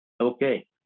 Okay